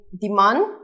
demand